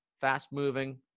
fast-moving